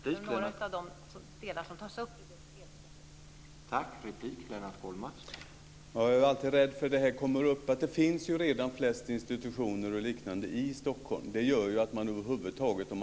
Detta är något av det som tas upp i delbetänkandet.